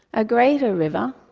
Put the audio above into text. a greater river,